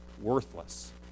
worthless